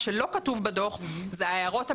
מה שלא כתוב בדוח זה ההערות המילוליות.